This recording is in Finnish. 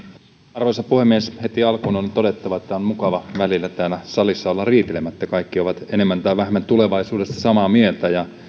arvoisa puhemies heti alkuun on todettava että on mukava välillä täällä salissa olla riitelemättä kaikki ovat tulevaisuudesta enemmän tai vähemmän samaa mieltä ja